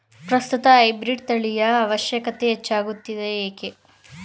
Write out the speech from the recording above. ಪ್ರಸ್ತುತ ಹೈಬ್ರೀಡ್ ತಳಿಯ ಅವಶ್ಯಕತೆ ಹೆಚ್ಚಾಗುತ್ತಿದೆ ಏಕೆ?